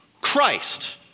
Christ